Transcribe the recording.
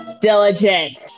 Diligent